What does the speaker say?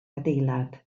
adeilad